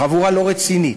חבורה לא רצינית,